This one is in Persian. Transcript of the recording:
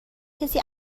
کسی